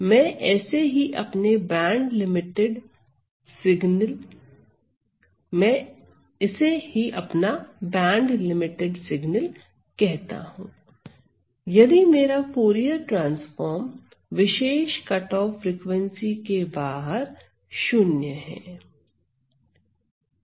मैं ऐसे ही अपना बैंडलिमिटेड सिग्नल कहता हूं यदि मेरा फूरिये ट्रांसफार्म विशेष कटऑफ फ्रिकवेंसी के बाहर शून्य है